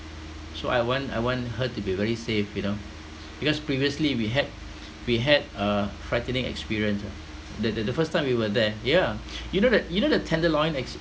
so I want I want her to be very safe you know because previously we had we had a frightening experience ah the the the first time we were there yeah you know the you know the tenderloin as~